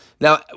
Now